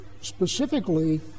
Specifically